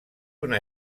una